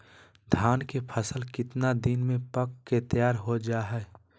धान के फसल कितना दिन में पक के तैयार हो जा हाय?